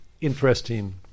interesting